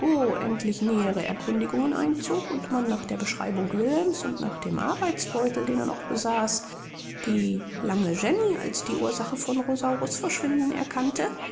endlich nähere erkundigungen einzog und man nach der beschreibung wilhelms und nach dem arbeitsbeutel den er noch besaß die lange jenny als die ursache von rosaurus verschwinden erkannte